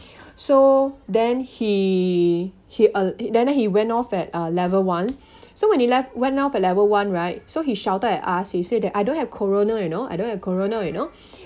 so then he he uh then then he went off at uh level one so when you left went off at level one right so he shouted at us he said that I don't have corona you know I don't have corona you know